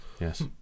Yes